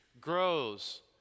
grows